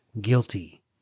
guilty